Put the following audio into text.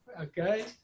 Okay